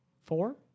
Four